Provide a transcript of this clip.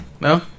No